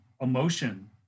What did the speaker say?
emotion